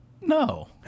No